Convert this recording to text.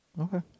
Okay